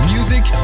Music